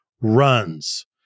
runs